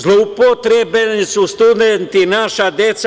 Zloupotrebljeni su studenti, naša deca.